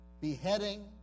beheading